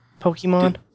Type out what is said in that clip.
Pokemon